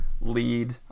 lead